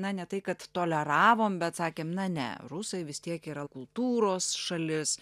na ne tai kad toleravom bet sakėm na ne rusai vis tiek yra kultūros šalis